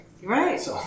Right